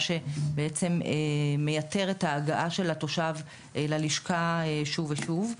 מה שבעצם מייתר את ההגעה של התושב ללשכה שוב ושוב.